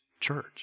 church